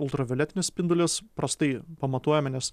ultravioletinius spindulius prastai pamatuojame nes